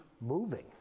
moving